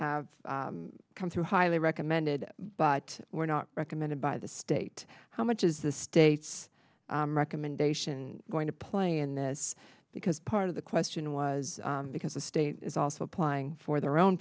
have come through highly recommended but were not recommended by the state how much is the state's recommendation going to play in this because part of the question was because the state is also applying for their own